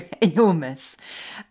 enormous